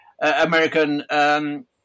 American